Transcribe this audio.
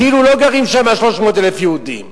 כאילו לא גרים שם 300,000 יהודים,